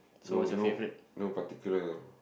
no no no particular